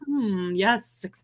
Yes